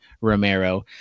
romero